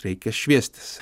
reikia šviestis